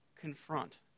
confront